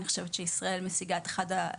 אני חושבת שישראל משיגה את אחד המחירים